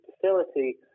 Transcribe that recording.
facility